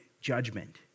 judgment